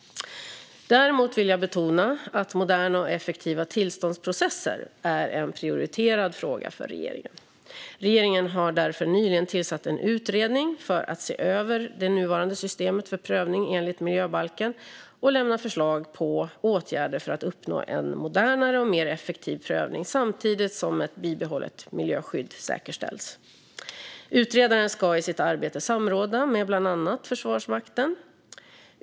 Däremot vill jag betona att moderna och effektiva tillståndsprocesser är en prioriterad fråga för regeringen. Regeringen har därför nyligen tillsatt en utredning för att se över det nuvarande systemet för prövning enligt miljöbalken och lämna förslag på åtgärder för att uppnå en modernare och mer effektiv prövning samtidigt som ett bibehållet miljöskydd säkerställs. Utredaren ska i sitt arbete samråda med bland annat Försvarsmakten.